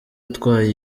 utwaye